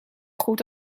goed